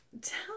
tell